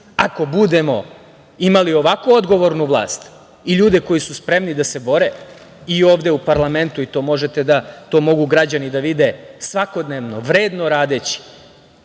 nas. Ako budemo imali ovako odgovornu vlast i ljude koji su spremni da se bore i ovde u parlamentu i to mogu građani da vide svakodnevno, vredno radeći